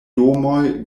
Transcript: domoj